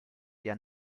der